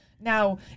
Now